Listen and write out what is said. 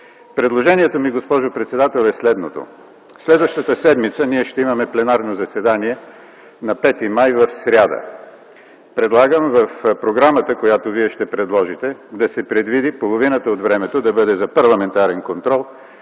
предложението ми е следното. Следващата седмица ще имаме пленарно заседание на 5 май - в сряда. Предлагам в програмата, която Вие ще предложите, половината от времето да бъде за парламентарен контрол.